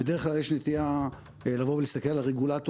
בדרך כלל יש נטייה להסתכל על הרגולטורים,